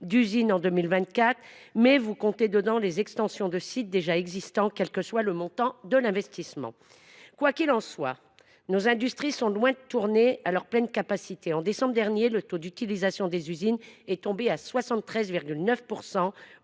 d’usines en 2024, mais vous intégrez dans votre calcul les extensions de sites déjà existants, quel que soit le montant de l’investissement concerné. Or nos industries sont loin de tourner à leur pleine capacité. En décembre dernier, le taux d’utilisation des usines est tombé à 73,9